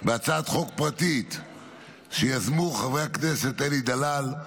בהצעת חוק פרטית שיזמו חברי הכנסת אלי דלל,